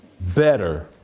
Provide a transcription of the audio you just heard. better